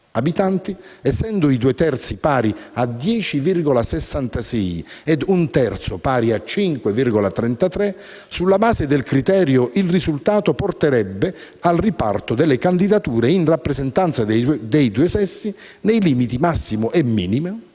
15.000), essendo i due terzi pari a 10,66 ed un terzo pari a 5,33, sulla base del criterio il risultato porterebbe al riparto delle candidature in rappresentanza dei due sessi nei limiti massimo e minimo,